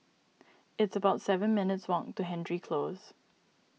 it's about seven minutes' walk to Hendry Close